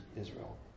Israel